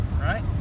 right